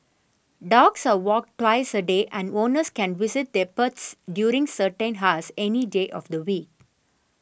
dogs are walk twice a day and owners can visit their pets during certain hours any day of the week